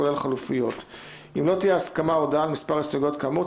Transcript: כולל חלופיות); אם לא תהיה הסכמה או הודעה על מספר הסתייגויות כאמור,